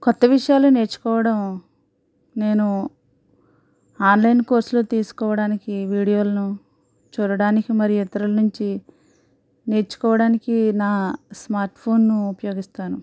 కొత్త విషయాలు నేర్చుకోవడం నేను ఆన్లైన్ కోర్సులు తీసుకోవడానికి ఈ వీడియోలను చూడడానికి మరి ఇతరుల నుంచి నేర్చుకోవడానికి నా స్మార్ట్ ఫోన్ ఉపయోగిస్తాను